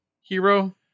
hero